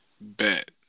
Bet